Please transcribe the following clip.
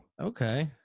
Okay